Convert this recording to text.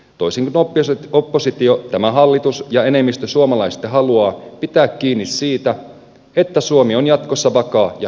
toisin kuin oppositio tämä hallitus ja enemmistö suomalaisista haluaa pitää kiinni siitä että suomi on jatkossa vakaa ja hyvinvoiva maa